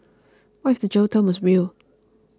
what if the jail term was real